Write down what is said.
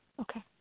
Okay